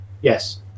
Yes